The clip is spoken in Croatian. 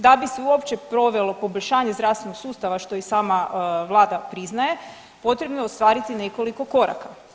Da bi se uopće provelo poboljšanje zdravstvenog sustava što i sama Vlada priznaje potrebno je ostvariti nekoliko koraka.